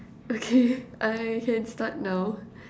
okay I can start now